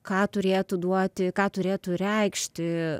ką turėtų duoti ką turėtų reikšti